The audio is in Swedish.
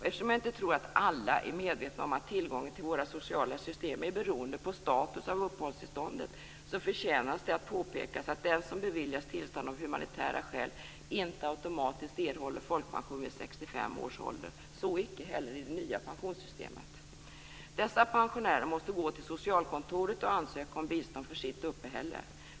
Eftersom jag inte tror att alla är medvetna om att tillgången till våra sociala system är beroende på status av uppehållstillståndet förtjänar det att påpekas att den som beviljats tillstånd av humanitära skäl inte automatiskt erhåller folkpension vid 65 års ålder - så icke heller i det nya pensionssystemet. Dessa pensionärer måste gå till socialkontoret och ansöka om bistånd för sitt uppehälle.